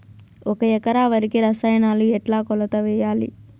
ఒక ఎకరా వరికి రసాయనాలు ఎట్లా కొలత వేయాలి?